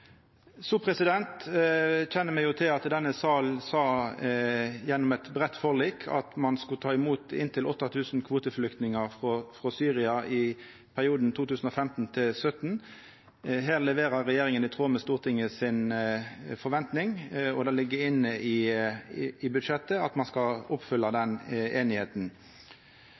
kjenner jo til at denne salen gjennom eit breitt forlik sa at ein skulle ta imot inntil 8 000 kvoteflyktningar frå Syria i perioden 2015–2017. Her leverer regjeringa i tråd med forventinga til Stortinget, og det ligg inne i budsjettet at ein skal oppfylla den einigheita.